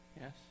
yes